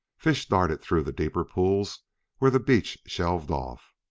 fish darted through the deeper pools where the beach shelved off,